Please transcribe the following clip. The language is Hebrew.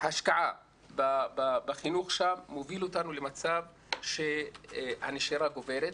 ההשקעה בחינוך שם מוביל אותנו למצב שהנשירה גוברת.